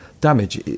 damage